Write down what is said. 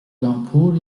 لامپور